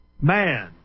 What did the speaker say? man